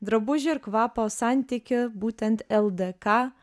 drabužių ir kvapo santykio būtent ldk